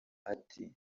ati